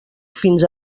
fins